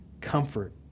comfort